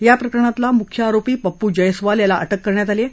याप्रकरणातला मुख्य आरोपी पप्पू जैस्वाल याला अटक करण्यात आली आहे